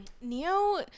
Neo